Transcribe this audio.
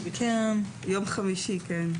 ביום חמישי, כן.